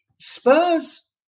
Spurs